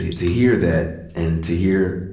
to hear that and to hear,